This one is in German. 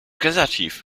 relativ